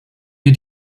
wir